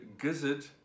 gizzard